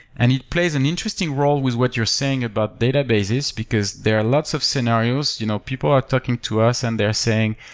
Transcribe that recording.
and it plays an interesting role with what you're saying about database, because there are lots of scenarios. you know people are talking to us and they're saying,